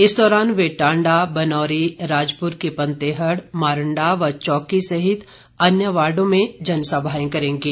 इस दौरान वे टांडाबनौरीराजपुर के पंतेहड़ मारंडा व चौकी सहित अन्य वार्डो में जनसभाएं करेंगे